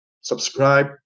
subscribe